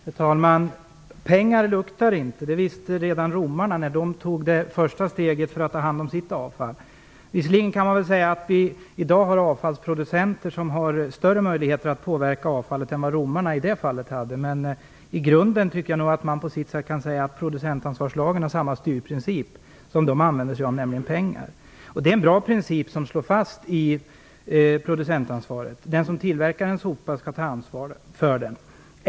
Herr talman! Pengar luktar inte. Det visste redan romarna när de tog det första steget för att ta hand om sitt avfall. Visserligen kan man säga att avfallsproducenterna har i dag större möjligheter att påverka avfallet än vad romarna i det fallet hade, men i grunden kan man säga att producentansvarslagen har samma styrprincip, nämligen pengar. Det är en bra princip som slår fast producentansvaret. Den som tillverkar sopor skall ta ansvar för dem.